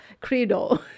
credo